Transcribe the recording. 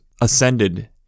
ascended